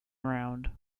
round